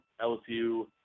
LSU